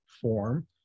form